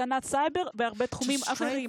הגנת סייבר והרבה תחומים אחרים.